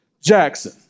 Jackson